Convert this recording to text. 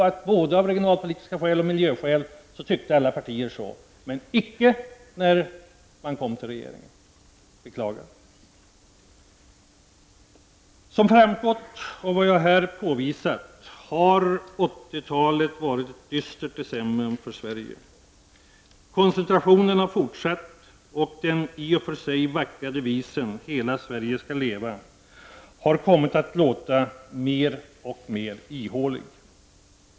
Av både regionala och miljöskäl tyckte alla så, men icke när man kom till regeringen. Det är att beklaga. Som framgått av vad jag här påvisat har 1980-talet varit ett dystert decennium för Sverige. Koncentrationen har fortsatt, och den i och för sig vackra devisen ”hela Sverige skall leva” har kommit att låta mer och mer ihålig.